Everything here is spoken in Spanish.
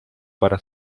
para